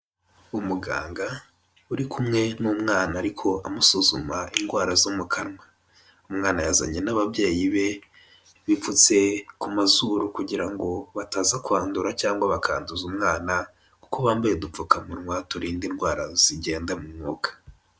Umuganga uri kumwe n'umwana ariko amusuzuma indwara zo mu kanwa, umwana yazanye n'ababyeyi be bipfutse ku mazuru kugira ngo bataza kwandura cyangwa bakanduza umwana kuko bambaye udupfukamunwa turinda indwara zigenda mu mwuka.